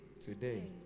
today